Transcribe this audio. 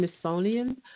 Smithsonian